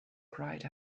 cried